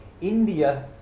India